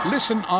Listen